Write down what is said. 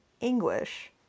English